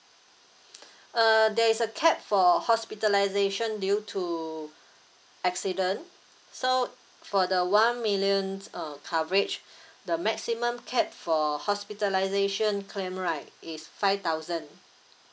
uh there is a cap for hospitalisation due to accident so for the one millions uh coverage the maximum cap for hospitalisation claim right is five thousand